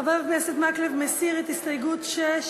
חבר הכנסת מקלב מסיר את הסתייגויות 6 ו-7,